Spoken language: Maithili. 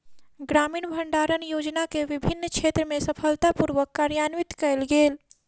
ग्रामीण भण्डारण योजना के विभिन्न क्षेत्र में सफलता पूर्वक कार्यान्वित कयल गेल